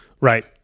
Right